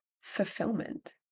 fulfillment